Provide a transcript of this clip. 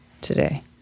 today